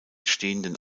stehenden